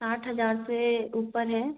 आठ हज़ार से ऊपर है